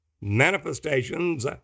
manifestations